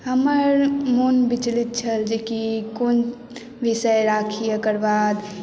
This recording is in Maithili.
हमर मोन विचलित छल जेकि कोन विषय राखी एकर बाद